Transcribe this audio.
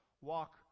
walk